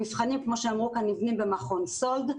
המבחנים כמו שאמרו כאן נבנים במכון סאלד,